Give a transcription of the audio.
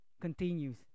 continues